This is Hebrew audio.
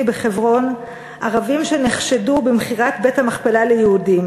בחברון ערבים שנחשדו במכירת בית- המכפלה ליהודים.